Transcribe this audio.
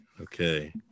Okay